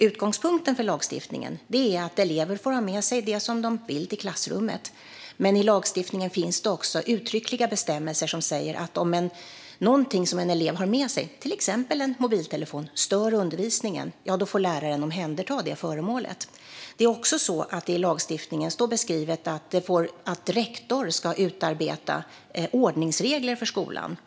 Utgångspunkten för lagstiftningen är att elever får ha med sig det de vill till klassrummet, men i lagstiftningen finns också uttryckliga bestämmelser som säger att om något som en elev har med sig, till exempel en mobiltelefon, stör undervisningen får läraren omhänderta det föremålet. I lagstiftningen står också beskrivet att rektor ska utarbeta ordningsregler för skolan.